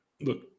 look